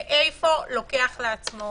מאיפה לוקח לעצמו